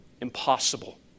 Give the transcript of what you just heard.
impossible